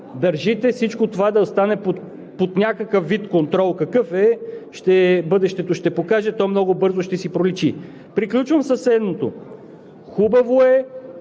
държите всичко това да остане под някакъв вид контрол – какъв е, бъдещето ще покаже, и то много бързо ще си проличи. Приключвам със следното: хубаво е,